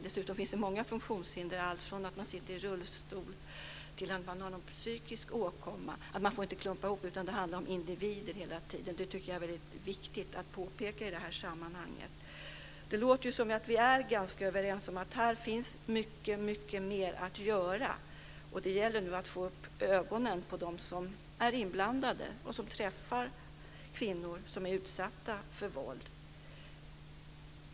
Dessutom finns det många olika funktionshinder, alltifrån att sitta i rullstol till att ha en psykisk åkomma. Man får inte klumpa ihop dem, utan det handlar om individer hela tiden. Det tycker jag är viktigt att påpeka i det här sammanhanget. Det låter som om vi är ganska överens om att det här finns mycket mer att göra. Det gäller nu att få upp ögonen hos dem som är inblandade och träffar kvinnor som är utsatta för våld.